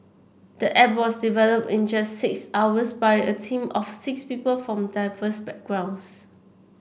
the app was developed in just six hours by a team of six people from diverse backgrounds